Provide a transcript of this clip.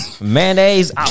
mayonnaise